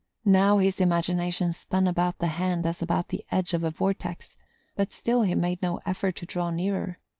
now his imagination spun about the hand as about the edge of a vortex but still he made no effort to draw nearer.